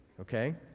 okay